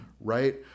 right